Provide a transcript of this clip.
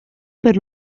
per